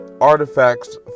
artifacts